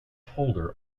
holder